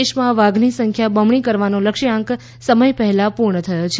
દેશમાં વાઘની સંખ્યા બમણી કરવાનો લક્ષ્યાંક સમયપહેલા પૂર્ણ થયો છે